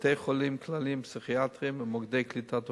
בבתי-חולים כלליים ופסיכיאטריים ובמוקדי קליטת עולים.